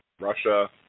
Russia